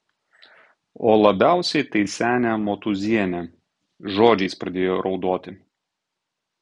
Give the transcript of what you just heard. o labiausiai tai senė motūzienė žodžiais pradėjo raudoti